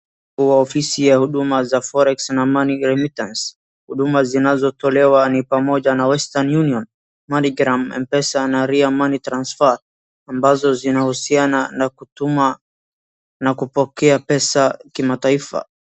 Ofisi ya huduma za forex na money remittance . Huduma zinazotolewa ni pamoja na Western Union, Money Gram, M-pesa na Ria Money Transfer ambazo zinahusiana na kutuma na kupokea pesa kimataifa.